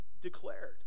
declared